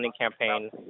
campaign